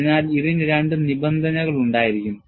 അതിനാൽഇതിന് 2 നിബന്ധനകൾ ഉണ്ടായിരിക്കും